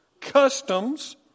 customs